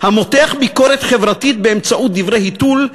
המותח ביקורת חברתית באמצעות דברי היתול,